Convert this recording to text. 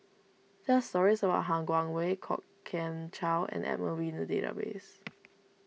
there are stories about Han Guangwei Kwok Kian Chow and Edmund Wee in the database